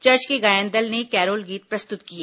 church के गायन दल ने कैरोल गीत प्रस्तुत किए